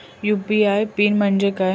UPI PIN म्हणजे काय?